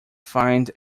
fined